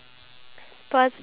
ya